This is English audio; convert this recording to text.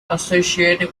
associated